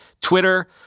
Twitter